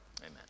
amen